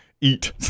Eat